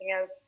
else